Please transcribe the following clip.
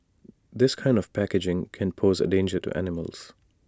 this kind of packaging can pose A danger to animals